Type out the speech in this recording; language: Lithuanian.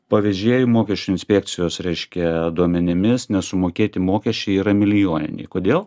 pavežėjų mokesčių inspekcijos reiškia duomenimis nesumokėti mokesčiai yra milijoniniai kodėl